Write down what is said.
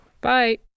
Bye